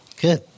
good